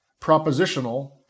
propositional